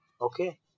Okay